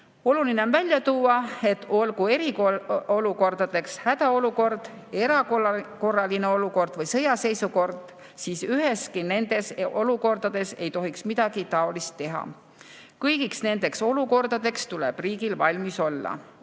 Oluline on välja tuua, et olgu eriolukorraks hädaolukord, erakorraline olukord või sõjaseisukord, üheski nendest olukordadest ei tohiks midagi taolist teha. Kõigiks nendeks olukordadeks tuleb riigil valmis olla